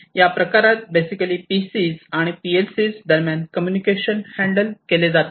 या प्रकारात basically PCs आणि PLCs दरम्यान कम्युनिकेशन हँडल केले जाते